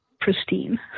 pristine